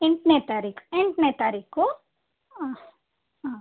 ಎಂಟನೇ ತಾರೀಖು ಎಂಟನೇ ತಾರೀಖು ಹಾಂ